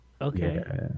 Okay